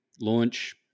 launch